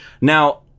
Now